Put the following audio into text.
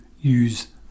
use